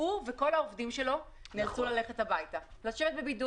הוא וכל העובדים שלו נאלצו ללכת הביתה לבידוד.